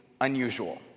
unusual